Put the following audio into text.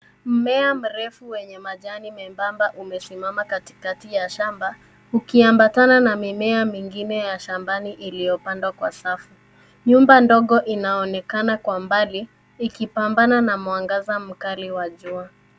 Mmea mrefu wenye majani membamba umesimama katikati ya shamba, ukiambatana na mimea mingine ya shambani iliyopandwa kwa safu. Nyumba ndogo inaonekana kwa mbali, ikipambana na mwangaza mkali wa jua.